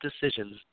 decisions